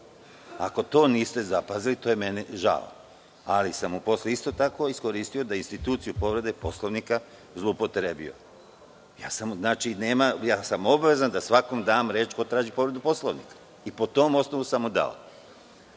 Ako to niste zapazili to je meni žao, ali sam i posle isto tako iskoristio da instituciju povrede Poslovnika zloupotrebio. Ja sam obavezan da svakom dam reč ko traži povredu Poslovnika i po tom osnovu sam mu dao.